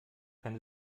kann